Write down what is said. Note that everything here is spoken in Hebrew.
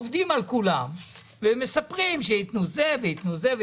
עובדים על כולם ומספרים שייתנו זה וייתנו זה.